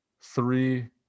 three